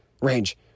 range